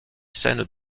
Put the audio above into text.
scènes